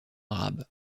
arabe